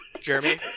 Jeremy